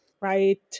right